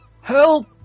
Help